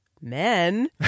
men